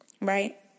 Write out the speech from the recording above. right